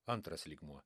antras lygmuo